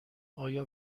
آیا